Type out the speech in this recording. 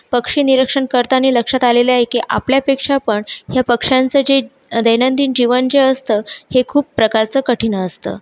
पक्षीनिरीक्षण करताना लक्षात आलेलं आहे की आपल्यापेक्षा पण ह्या पक्ष्यांचं जे दैनंदिन जीवन जे असतं हे खूप प्रकारचं कठीण असतं